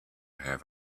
have